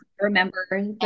remember